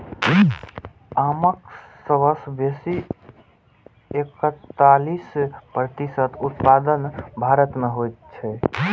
आमक सबसं बेसी एकतालीस प्रतिशत उत्पादन भारत मे होइ छै